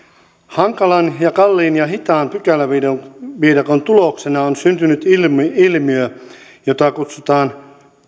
hankalan ja kalliin ja hitaan pykäläviidakon tuloksena on syntynyt ilmiö jota kutsutaan